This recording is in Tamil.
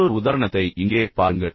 மற்றொரு உதாரணத்தை இங்கே பாருங்கள்